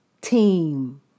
team